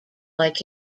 like